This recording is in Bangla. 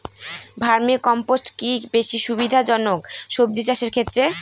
ভার্মি কম্পোষ্ট কি বেশী সুবিধা জনক সবজি চাষের ক্ষেত্রে?